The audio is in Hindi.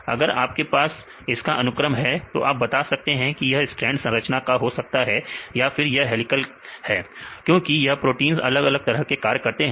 अगर आपके पास इसका अनुक्रम है तो आप बता सकते हैं कि यह स्ट्रैंड संरचना का हो सकता है या फिर यह हेलीकल है क्योंकि यह प्रोटींस अलग अलग तरह के कार्य करते हैं